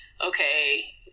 Okay